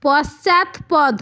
পশ্চাৎপদ